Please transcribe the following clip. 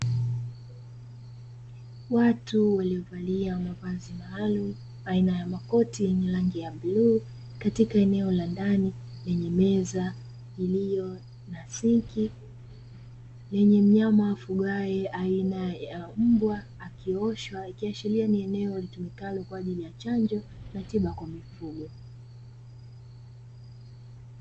Watu walio valia mavazi maalum aina ya makoti yenye rangi ya bluu katika eneo la ndani lenye meza iliyo na sinki lenye mnyama afugwae aina ya mbwa akioshwa, ikiashiria ni eneo litumikalo kwa ajili ya chanjo na tiba kwa mifugo.